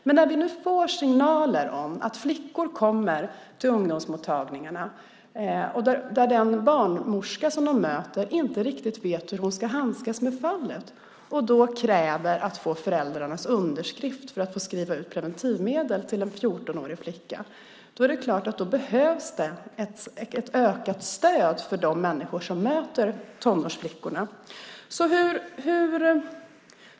Men nu får vi signaler om att flickor kommer till ungdomsmottagningarna och att den barnmorska som de möter inte riktigt vet hur hon ska handskas med fallet och därför kräver att få föräldrarnas underskrift för att få skriva ut preventivmedel till en 14-årig flicka. Då är det klart att det behövs ett ökat stöd för de människor som möter tonårsflickorna.